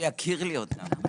שיכיר לי אותה.